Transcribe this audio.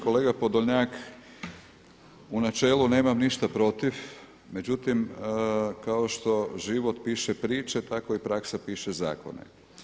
Kolega Podolnjak u načelu nemam ništa protiv, međutim kao što život piše priče tako i praksa piše zakone.